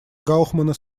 гаухмана